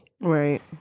right